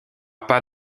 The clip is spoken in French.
pas